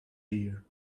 year